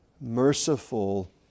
merciful